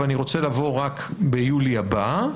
אבל הם רוצים לבוא רק ביולי הבא,